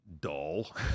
dull